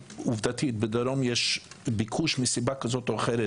עובדתית בדרום יש יותר ביקוש מאשר במרכז מסיבה כזאת או אחרת